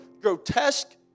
grotesque